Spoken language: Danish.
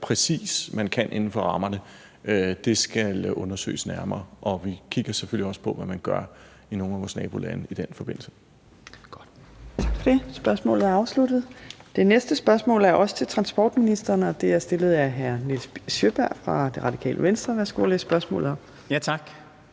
præcis kan inden for rammerne, skal undersøges nærmere, og vi kigger selvfølgelig også på, hvad man gør i nogle af vores nabolande i den forbindelse.